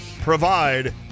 provide